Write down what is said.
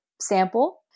sample